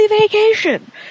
vacation